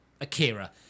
Akira